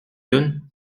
donne